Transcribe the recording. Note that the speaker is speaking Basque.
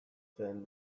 zen